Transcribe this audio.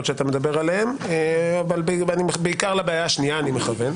שאתה מדבר עליהן ואני מכוון בעיקר לבעיה השנייה.